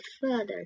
further